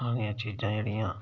खाने आह्ली चीज़ां जेह्ड़ियां